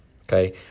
Okay